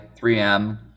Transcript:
3M